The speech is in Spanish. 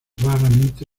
raramente